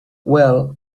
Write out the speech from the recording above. well